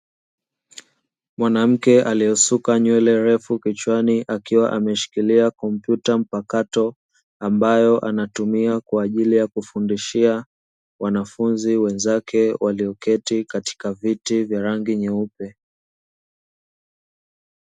Mwanamke aliyesuka nywele refu kichwani, akiwa ameshikilia kompyuta mpakato ambayo anatumia kwa ajili ya kufundishia wanafunzi wenzake walioketi katika viti vya rangi nyeupe.